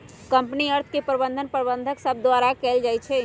company अर्थ के प्रबंधन प्रबंधक सभ द्वारा कएल जाइ छइ